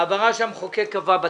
ההעברה שהמחוקק קבע בתקנון.